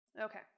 Okay